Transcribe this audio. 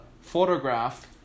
photograph